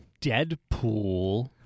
Deadpool